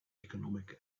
economic